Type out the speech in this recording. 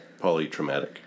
Polytraumatic